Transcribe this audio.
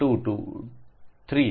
2 2 3